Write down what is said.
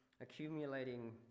accumulating